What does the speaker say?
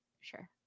Sure